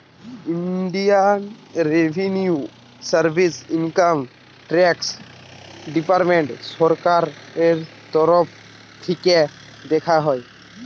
Indian revenue service income tax department সরকারের তরফ থিকে দেখা হয়